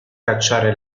cacciare